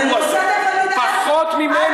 אז אני רוצה, תכף, אל תדאג, פחות ממנו.